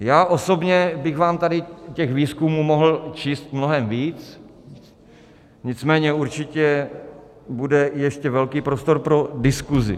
Já osobně bych vám tady těch výzkumů mohl číst mnohem víc, nicméně určitě bude ještě velký prostor pro diskuzi.